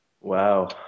Wow